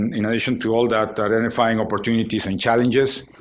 in addition to all that, identifying opportunities and challenges,